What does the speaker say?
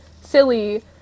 silly